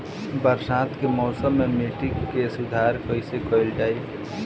बरसात के मौसम में मिट्टी के सुधार कइसे कइल जाई?